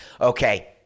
Okay